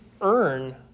earn